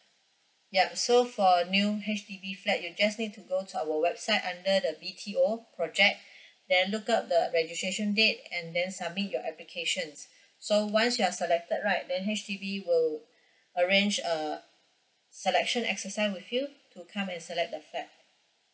yup so for new H_D_B flat you just need to go to our website under the B_T_O project then look up the registration date and then submit your applications so once you are selected right then H_D_B will arrange a selection exercise with you to come and select the flat